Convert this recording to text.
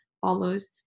follows